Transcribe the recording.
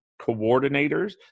coordinators